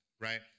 right